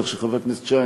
כך שחבר הכנסת שי,